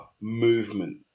movement